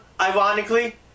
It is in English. ironically